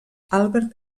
albert